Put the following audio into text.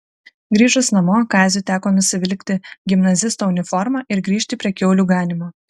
grįžus namo kaziui teko nusivilkti gimnazisto uniformą ir grįžti prie kiaulių ganymo